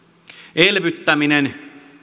elvyttäminen